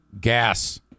Gas